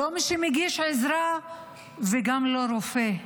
לא מי שמגיש עזרה וגם לא רופא.